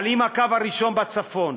אבל אם לקו הראשון בצפון